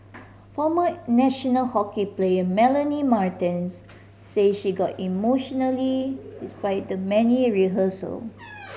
former national hockey player Melanie Martens say she got emotional despite the many rehearsal